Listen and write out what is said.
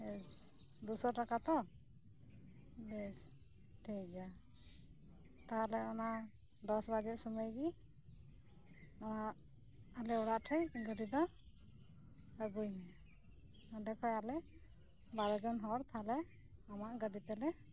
ᱫᱩᱥᱚ ᱴᱟᱠᱟᱛᱚ ᱵᱮᱥ ᱴᱷᱤᱠ ᱜᱮᱭᱟ ᱛᱟᱦᱚᱞᱮ ᱚᱱᱟ ᱫᱚᱥᱵᱟᱡᱮ ᱥᱩᱢᱳᱭᱜᱮ ᱱᱚᱶᱟ ᱟᱞᱮ ᱚᱲᱟᱜ ᱴᱷᱮᱱ ᱜᱟᱹᱰᱤᱫᱚ ᱟᱹᱜᱩᱭᱢᱮ ᱚᱸᱰᱮᱠᱷᱚᱱ ᱟᱞᱮ ᱵᱟᱨᱚᱡᱚᱢ ᱦᱚᱲᱛᱟᱦᱚᱞᱮ ᱟᱢᱟᱜ ᱜᱟᱹᱰᱤᱛᱮᱞᱮ